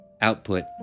output